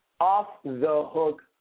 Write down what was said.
off-the-hook